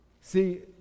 See